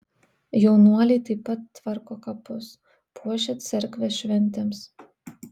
jaunuoliai taip pat tvarko kapus puošia cerkvę šventėms